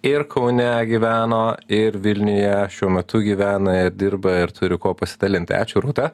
ir kaune gyveno ir vilniuje šiuo metu gyvena ir dirba ir turi kuo pasidalinti ačiū rūta